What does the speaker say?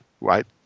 right